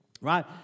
right